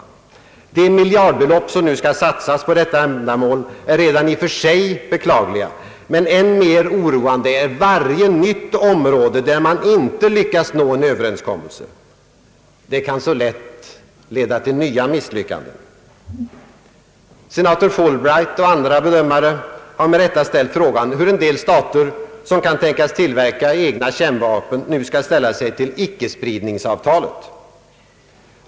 Redan det faktum att miljardbelopp nu skall satsas för detta ändamål är beklagligt, men än mer oroande är att det tillkommer ett nytt område där man inte lyckas nå en överenskommelse. Det kan mycket lätt leda till nya misslyckanden. Senator Fulbright och andra bedömare har med rätta ställt frågan hur en del stater, som kan tänkas tillverka egna kärnvapen, nu skall ställa sig till icke-spridningsavtalet.